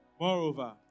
Moreover